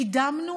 קידמנו